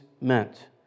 meant